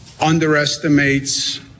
underestimates